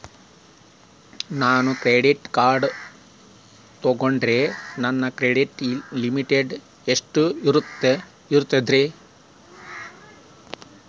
ನಾನು credit card ತೊಗೊಂಡ್ರ ನನ್ನ ಕ್ರೆಡಿಟ್ ಲಿಮಿಟ್ ಎಷ್ಟ ಇರ್ತದ್ರಿ?